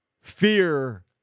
fear